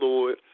Lord